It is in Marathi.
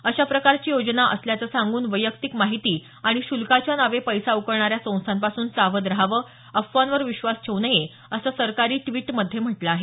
अशा प्रकारची योजना असल्याचं सांगून वैयक्तिक माहिती आणि श्ल्काच्या नावे पैसा उकळणाऱ्या संस्थांपासून सावध रहावं अफवांवर विश्वास ठेवू नये असं सरकारी ट्वीटमधे म्हटलं आहे